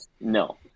No